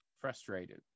frustrated